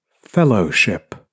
Fellowship